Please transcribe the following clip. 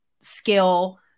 skill